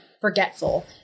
forgetful